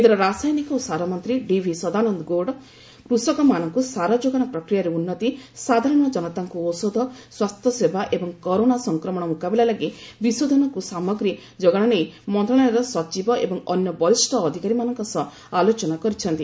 କେନ୍ଦ୍ର ରାସାୟନିକ ଓ ସାରମନ୍ତ୍ରୀ ଡିଭି ସଦାନନ୍ଦ ଗୌଡ଼ କୃଷକମାନଙ୍କୁ ସାର ଯୋଗାଶ ପ୍ରକ୍ରିୟାରେ ଉନ୍ତି ସାଧାରଣ ଜନତାଙ୍କୁ ଔଷଧ ସ୍ୱାସ୍ଥ୍ୟସେବା ଏବଂ କରୋନା ସଂକ୍ରମଣ ମୁକାବିଲା ଲାଗି ବିଶୋଧନ ସାମଗ୍ରୀ ଯୋଗାଣ ନେଇ ମନ୍ତ୍ରଣାଳୟର ସଚିବ ଏବଂ ଅନ୍ୟ ବରିଷ୍ଣ ଅଧିକାରୀମାନଙ୍କ ସହ ଆଲୋଚନା କରିଛନ୍ତି